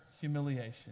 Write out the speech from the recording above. humiliation